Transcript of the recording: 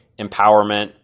empowerment